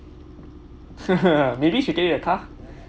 maybe she get you a car